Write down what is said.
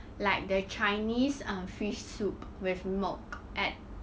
like the chinese err fish soup with milk at